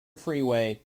freeway